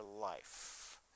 life